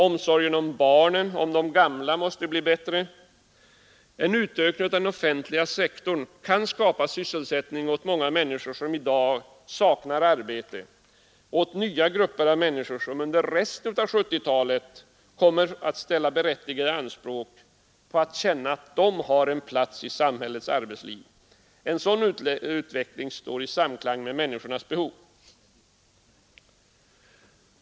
Omsorgen om barnen och de gamla måste bli bättre. En utökning av den offentliga sektorn kan skapa sysselsättning åt många människor som i dag saknar arbete och åt nya grupper av människor som under resten av 1970-talet kommer att ställa berättigade anspråk på att få känna att de har sin plats i samhällets arbetsliv. En sådan utveckling står i samklang med människornas behov.